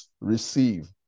Receive